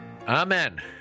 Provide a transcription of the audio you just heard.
Amen